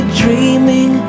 dreaming